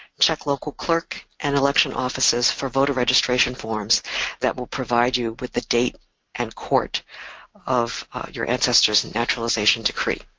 check local clerk and election offices for voter registration forms that will provide you with the date and court of your ancestor's and naturalization decree.